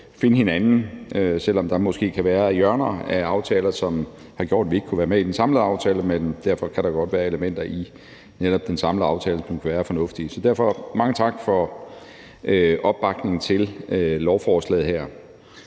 finde hinanden, selv om der måske kan være hjørner af aftaler, som har gjort, at vi ikke kunne være med i den samlede aftale, men derfor kan der godt være elementer i netop den samlede aftale, som kan være fornuftige. Så derfor vil jeg sige mange tak for opbakningen til lovforslaget her.